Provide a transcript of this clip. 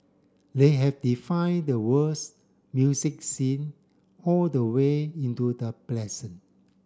they have defined the world's music scene all the way into the present